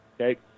okay